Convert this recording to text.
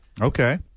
Okay